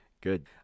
Good